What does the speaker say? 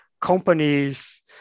companies